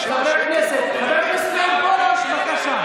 חבר הכנסת מאיר פרוש, בבקשה.